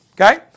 Okay